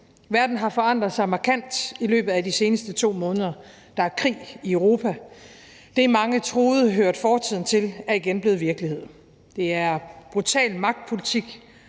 Verden har forandret sig markant i løbet af de seneste 2 måneder. Der er krig i Europa. Det, mange troede hørte fortiden til, er igen blevet virkelighed. Det er brutal magtpolitik.